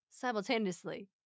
simultaneously